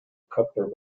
copper